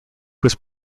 was